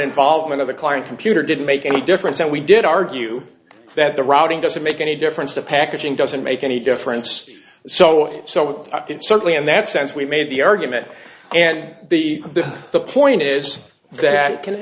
involvement of the client computer didn't make any difference and we did argue that the routing doesn't make any difference the packaging doesn't make any difference so so it certainly in that sense we made the argument and the the point is that can